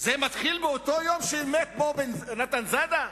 זה התחיל באותו יום שמת בו נתן זאדה?